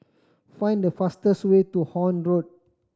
find the fastest way to Horne Road